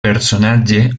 personatge